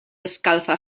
escalfa